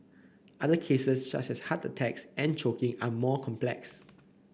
other cases such as heart attacks and choking are more complex